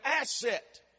asset